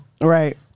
Right